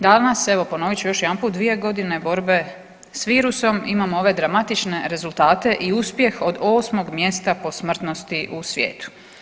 Danas evo ponovit ću još jedanput 2 godine borbe s virusom imamo ove dramatične rezultate i uspjeh od 8 mjesta po smrtnosti u svijetu.